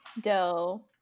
dough